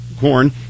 corn